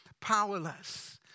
powerless